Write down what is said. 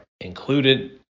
included